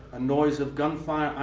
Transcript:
a noise of gunfire,